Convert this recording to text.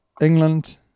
England